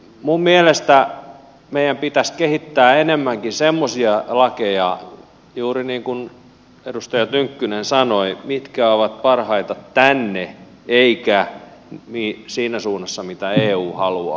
minun mielestäni meidän pitäisi kehittää enemmänkin semmoisia lakeja juuri niin kuin edustaja tynkkynen sanoi mitkä ovat parhaita tänne eikä siinä suunnassa mitä eu haluaa